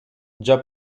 già